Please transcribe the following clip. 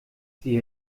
sie